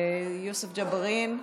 יוסף ג'בארין,